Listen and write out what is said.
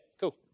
cool